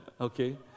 Okay